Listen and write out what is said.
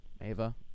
Ava